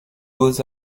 beaux